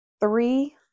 three